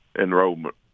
enrollment